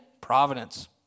Providence